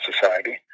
society